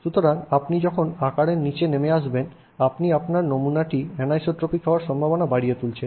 সুতরাং আপনি যখন আকারের নিচে নেমে আসবেন আপনি আপনার নমুনাটি অ্যানিসোট্রপিক হওয়ার সম্ভাবনা বাড়িয়ে তুলছেন